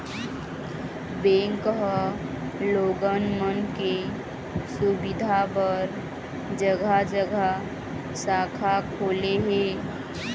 bank ह लोगन मन के सुबिधा बर जघा जघा शाखा खोले हे